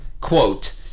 quote